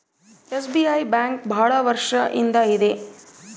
SBI bank ಭಾಳ ವರ್ಷ ಇಂದ ಇದೆ